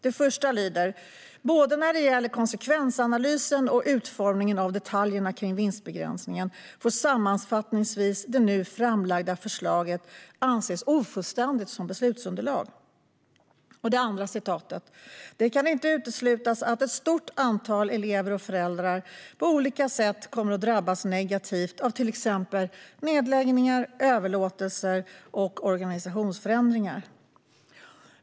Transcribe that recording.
Det första lyder: "Både när det gäller konsekvensanalysen och utformningen av detaljerna kring vinstbegränsningen får, sammanfattningsvis, det nu framlagda förslaget anses ofullständigt som beslutsunderlag." Det andra lyder: "Det kan inte uteslutas att ett stort antal . elever och föräldrar på olika sätt kommer att drabbas negativt av t.ex. nedläggningar, överlåtelser och organisationsförändringar."